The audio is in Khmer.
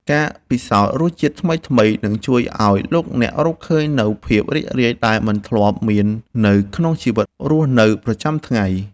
ការពិសោធន៍រសជាតិថ្មីៗនឹងជួយឱ្យលោកអ្នករកឃើញនូវភាពរីករាយដែលមិនធ្លាប់មាននៅក្នុងជីវិតរស់នៅប្រចាំថ្ងៃ។